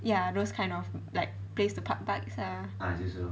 ya those kind of like place to park bikes lah